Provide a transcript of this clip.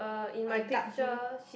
a dark blue